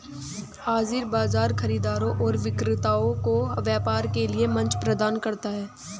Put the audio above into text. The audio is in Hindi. हाज़िर बाजार खरीदारों और विक्रेताओं को व्यापार के लिए मंच प्रदान करता है